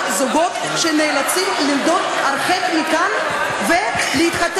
זוגות שנאלצים לנדוד הרחק מכאן ולהתחתן,